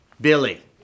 Billy